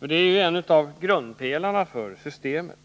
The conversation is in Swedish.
Dessa är en av grundpelarna för systemet.